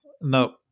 No